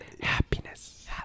happiness